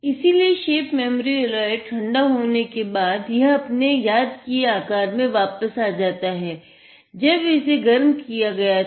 इसीलिए shape memory alloy ठंडा होने पर यह अपने याद किये गए आकार में वापस आ जाता है जब इसे गर्म किया गया था